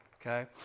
Okay